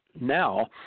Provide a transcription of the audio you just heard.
now